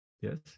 yes